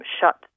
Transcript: shut